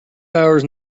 hours